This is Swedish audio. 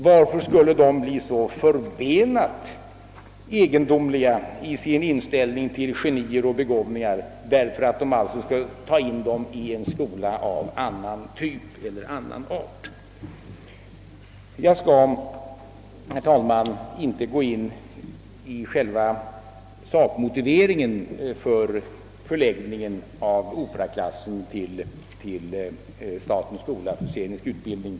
Varför skulle de bli så förbenat egendomliga i sin inställning till genier och begåvningar därför att de skulle ta hand om dem i en skola av annan art? Jag skall, herr talman, inte gå in på själva sakmotiveringen för förläggandet av operaklassen till statens skola för scenisk utbildning.